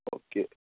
okay